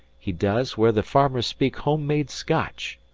he does, where the farmers speak homemade scotch.